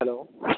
hello